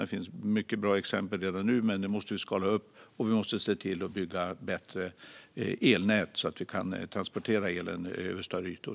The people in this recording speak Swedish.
Det finns mycket bra exempel redan nu, men vi måste skala upp detta. Och vi måste se till att bygga bättre elnät, så att vi kan transportera elen över större ytor.